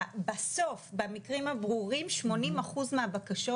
במקרים הברורים 80% מהבקשות,